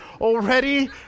already